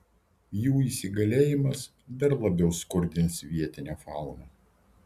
jų įsigalėjimas dar labiau skurdins vietinę fauną